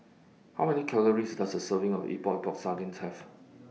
How Many Calories Does A Serving of Epok Epok Sardin Have